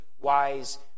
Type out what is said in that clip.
wise